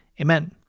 Amen